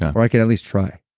or i can at least try